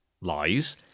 lies